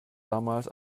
damals